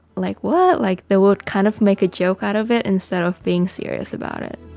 like what, like they will kind of make a joke out of it instead of being serious about it.